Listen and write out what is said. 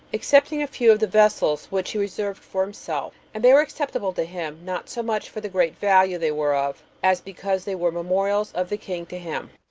excepting a few of the vessels, which he reserved for himself and they were acceptable to him, not so much for the great value they were of, as because they were memorials of the king to him.